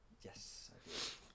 Yes